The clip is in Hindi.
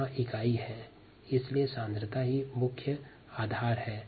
यहाँ इकाई सांद्रता ही मुख्य आधार है